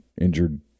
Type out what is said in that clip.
injured